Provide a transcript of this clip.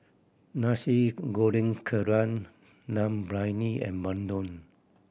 Nasi Goreng Kerang Dum Briyani and bandung